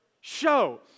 Show